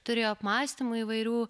turėjo apmąstymų įvairių